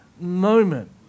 moment